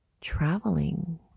traveling